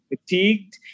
fatigued